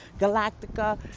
Galactica